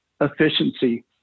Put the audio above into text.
efficiency